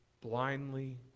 blindly